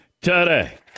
Today